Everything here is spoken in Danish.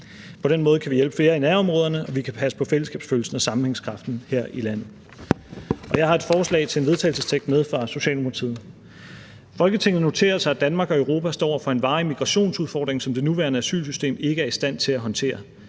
På den måde kan vi hjælpe flere i nærområderne, og vi kan passe på fællesskabsfølelsen og sammenhængskraften her i landet. På vegne af Socialdemokratiet skal jeg herved fremsætte følgende: Forslag til vedtagelse »Folketinget noterer sig, at Danmark og Europa står over for en varig migrationsudfordring, som det nuværende asylsystem ikke er i stand til at håndtere.